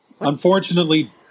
Unfortunately